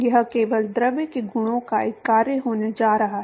यह केवल द्रव के गुणों का एक कार्य होने जा रहा है